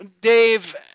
Dave